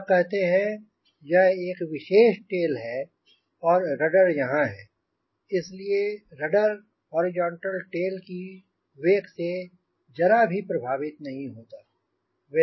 वह कहते हैं कि यह एक विशेष टेल है और रडर यहांँ है इसलिए रडर हॉरिजॉन्टल टेल की वेक से जरा भी प्रभावित नहीं होता